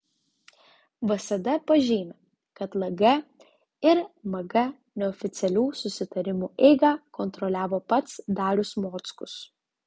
vsd pažymi kad lg ir mg neoficialių susitarimų eigą kontroliavo pats darius mockus